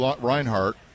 Reinhardt